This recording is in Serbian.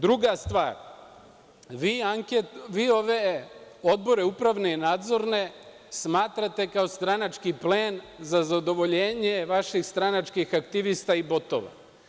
Druga stvar, vi odbore upravne i nadzorne smatrate kao stranački plen za zadovoljenje vaših stranačkih aktivista i botova.